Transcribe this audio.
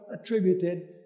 attributed